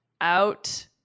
out